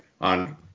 on